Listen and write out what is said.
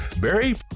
Barry